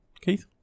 Keith